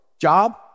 Job